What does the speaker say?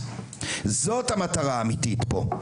זאת המטרה האמיתית פה.